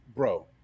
Bro